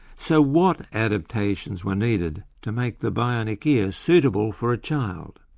so what adaptations were needed to make the bionic ear suitable for a child?